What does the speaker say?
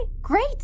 great